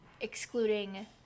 excluding